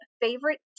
favorite